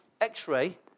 x-ray